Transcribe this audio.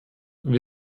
wie